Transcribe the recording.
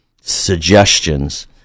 suggestions